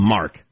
Mark